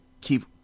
keep